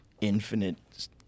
infinite